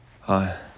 Hi